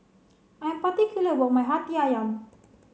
I am particular about my Hati Ayam